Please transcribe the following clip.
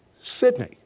Sydney